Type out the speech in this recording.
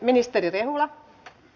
arvoisa rouva puhemies